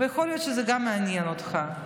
יכול להיות שזה גם מעניין אותך.